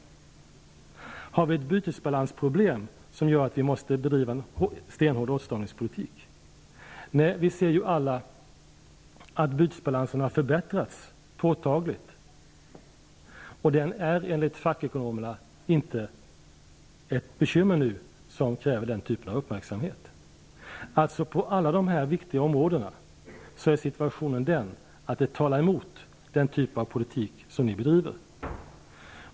Har vi ett bytesbalansproblem som gör att vi måste bedriva en stenhård åtstramningspolitik? Nej, vi ser alla att bytesbalansen har förbättrats påtagligt. Enligt fackekonomerna är den inte nu ett bekymmer som kräver den typen av uppmärksamhet. På alla de här viktiga områdena talar alltså situationen emot den typ av politik som ni bedriver.